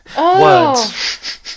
Words